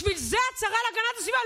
בשביל זה את שרה להגנת הסביבה?